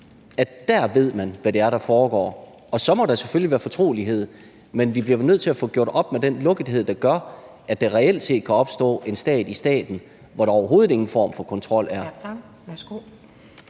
belyses, ved man, hvad det er, der foregår. Så må der selvfølgelig være fortrolighed, men vi bliver vel nødt til at få gjort op med den lukkethed, der gør, at der reelt set kan opstå en stat i staten, hvor der overhovedet ingen form for kontrol er.